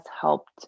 helped